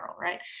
right